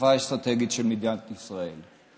שותפה אסטרטגית של מדינת ישראל.